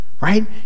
right